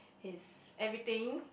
his everything